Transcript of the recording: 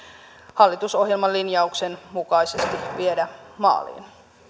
hallitusohjelman linjauksen mukaisesti viedä maaliin